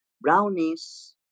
brownies